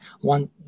one